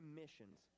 missions